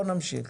נמשיך.